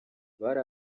bari